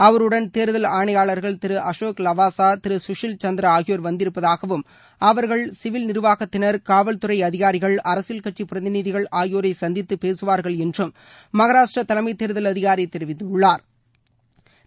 அவருடன் தேர்தல் ஆணையாளர்கள் திரு அசோக் லாவாசா திரு சுஷில்சந்திரா ஆகியோர் வந்திருப்பதாகவும் அவர்கள் சிவில் நிர்வாகத்தினர் காவல்துறை அதிகாரிகள் அரசியல் கட்சி பிரதிநிதிகள் ஆகியோரை சந்தித்து பேகவார்கள் என்றும் மகாராஷ்டிர தலைமை தேர்தல் அதிகாரி தெரிவித்தாா்